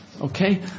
Okay